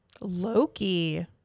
Loki